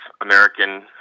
American